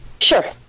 Sure